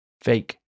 Fake